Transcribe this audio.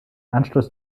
anschluss